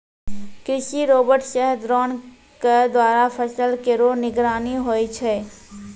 कृषि रोबोट सह द्रोण क द्वारा फसल केरो निगरानी होय छै